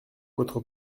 votre